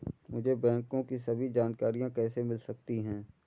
मुझे बैंकों की सभी जानकारियाँ कैसे मिल सकती हैं?